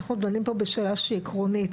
אנחנו דנים כאן בשאלה שהיא עקרונית.